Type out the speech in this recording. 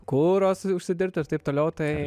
kuro užsidirbti ir taip toliau tai